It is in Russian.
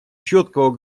четкого